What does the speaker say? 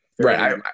Right